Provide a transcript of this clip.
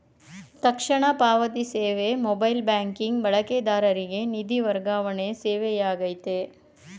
ತಕ್ಷಣ ಪಾವತಿ ಸೇವೆ ಮೊಬೈಲ್ ಬ್ಯಾಂಕಿಂಗ್ ಬಳಕೆದಾರರಿಗೆ ನಿಧಿ ವರ್ಗಾವಣೆ ಸೇವೆಯಾಗೈತೆ